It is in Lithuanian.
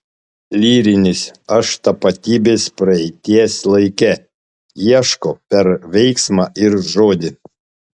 lyrinis aš tapatybės praeities laike ieško per veiksmą ir žodį